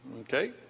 Okay